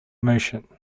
motion